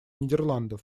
нидерландов